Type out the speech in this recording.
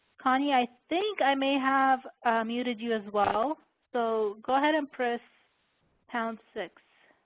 connie, i think i may have muted you as well. so go ahead and press pound six.